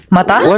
Mata